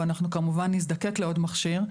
ואנחנו כמובן נזדקק לעוד מכשיר,